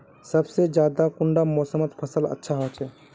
सबसे ज्यादा कुंडा मोसमोत फसल अच्छा होचे?